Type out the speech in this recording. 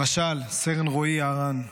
למשל סגן רועי יערן,